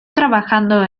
trabajando